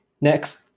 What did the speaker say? Next